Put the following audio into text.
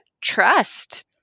trust